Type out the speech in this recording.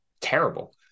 terrible